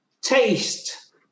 Taste